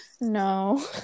no